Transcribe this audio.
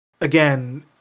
again